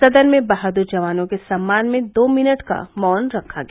सदन में बहादुर जवानों के सम्मान में दो मिनट का मौन रखा गया